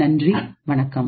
நன்றி வணக்கம்